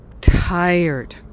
tired